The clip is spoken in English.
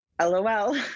LOL